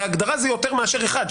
בהגדרה זה יותר מאשר אחד,